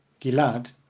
Gilad